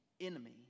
enemy